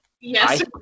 yes